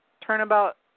turnabout